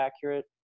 accurate